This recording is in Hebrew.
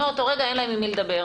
אבל מאותו רגע אין להם עם מי לדבר.